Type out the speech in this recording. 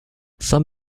some